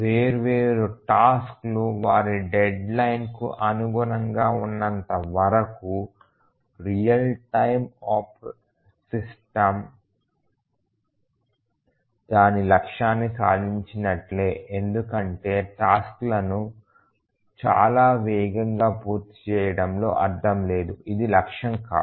వేర్వేరు టాస్క్లు వారి డెడ్ లైన్ కు అనుగుణంగా ఉన్నంత వరకు రియల్ టైమ్ సిస్టమ్ దాని లక్ష్యాన్ని సాధించినట్లే ఎందుకంటే టాస్క్లను చాలా వేగంగా పూర్తి చేయడంలో అర్థం లేదు ఇది లక్ష్యం కాదు